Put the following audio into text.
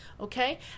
okay